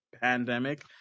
pandemic